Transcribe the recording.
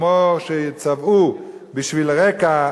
כמו שצבעו בשביל רק"ע,